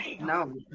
No